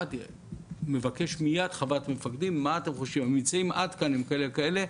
ומשמעת מבקש מייד חוות דעת מפקדים: הממצאים עד כאן הם כאלה וכאלה,